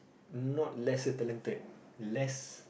not lesser talented less